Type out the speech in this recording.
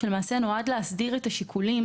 שלמעשה נועד להסדיר את השיקולים